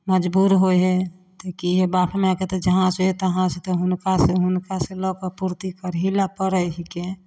मजबूर होइ हइ तऽ कि हइ बाप माइके तऽ जहाँसे हइ तहाँसे हुनकासे हुनकासे लऽके पुरती करैए ले पड़ै हिकै